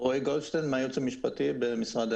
דמי רצינות מה שנקרא.